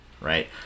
right